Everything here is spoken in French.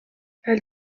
elle